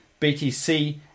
BTC